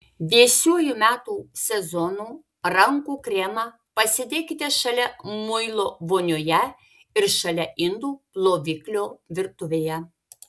vėsiuoju metų sezonu rankų kremą pasidėkite šalia muilo vonioje ir šalia indų ploviklio virtuvėje